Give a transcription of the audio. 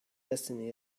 destiny